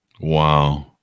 Wow